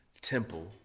temple